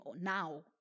now